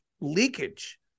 leakage